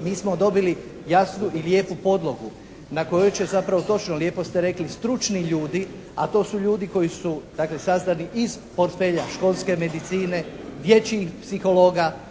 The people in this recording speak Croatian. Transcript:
Mi smo dobili jasnu i lijepu podlogu na kojoj će zapravo točno, lijepo ste rekli, stručni ljudi, a to su ljudi koji su, dakle, sazdani iz portfelja školske medicine, dječjih psihologa,